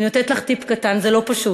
אני נותנת לך טיפ קטן: זה לא פשוט.